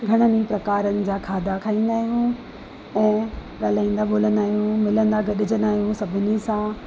घणनि ई प्रकारनि जा खाधा खाईंदा आहियूं ऐं ॻाल्हाईंदा ॿोलाईंदा आहियूं मिलंदा गॾजंदा आहियूं सभिनी सां